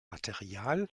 material